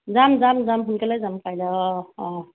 যাম যাম যাম সোনকালে যাম কাইলৈ অঁ